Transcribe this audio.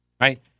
right